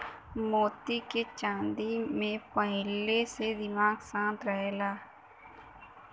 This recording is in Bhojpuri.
मोती के चांदी में पहिनले से दिमाग शांत रहला